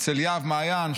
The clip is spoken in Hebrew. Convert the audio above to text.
אצל יהב מעיין,